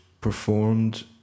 performed